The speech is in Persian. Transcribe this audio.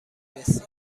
رسی